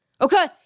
Okay